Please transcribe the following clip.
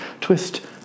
twist